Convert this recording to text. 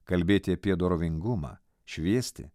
kalbėti apie dorovingumą šviesti